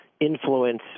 influence